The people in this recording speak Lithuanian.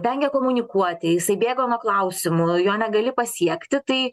vengia komunikuoti jisai bėga nuo klausimų jo negali pasiekti tai